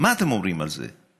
מה אתם אומרים על זה?